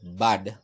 bad